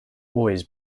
always